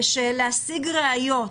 כאשר משיגים ראיות